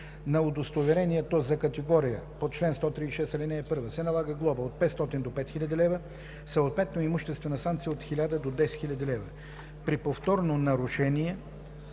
на удостоверението за категория по чл. 136, ал. 1, се налага глоба от 500 до 5000 лв., съответно имуществена санкция от 1000 до 10 000 лв. (2) При повторно нарушение